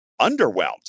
underwhelmed